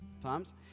times